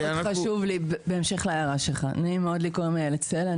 חשוב לי בהמשך להערה שלך נעים מאוד לי קוראים איילת סלע,